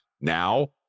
Now